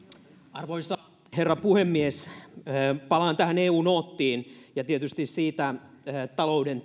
arvoisa herra puhemies palaan tähän eu noottiin ja tietysti talouden